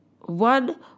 one